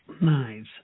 Nice